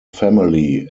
family